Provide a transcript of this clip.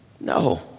No